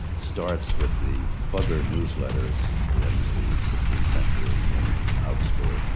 starts with the fugger newsletters in the the sixteenth century in augsburg,